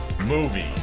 movie